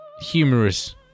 humorous